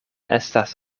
estas